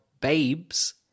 babes